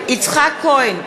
יצחק כהן,